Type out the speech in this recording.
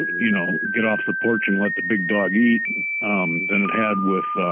you know get off the porch and let the big dog eat than it had with